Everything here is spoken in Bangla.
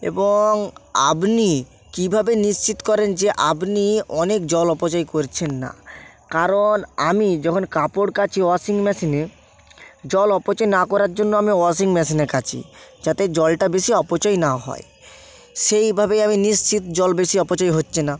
এবং আপনি কীভাবে নিশ্চিত করেন যে আপনি অনেক জল অপচয় করছেন না কারণ আমি যখন কাপড় কাচি ওয়াসিং মেশিনে জল অপচয় না করার জন্য আমি ওয়াসিং মেশিনে কাচি যাতে জলটা বেশি অপচয় না হয় সেইভাবে আমি নিশ্চিত জল বেশি অপচয় হচ্ছে না